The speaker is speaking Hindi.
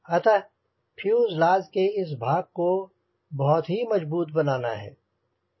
अतः फ्यूजलाज के इस भाग को बहुत ही मजबूत बनाना है